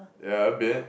yeah a bit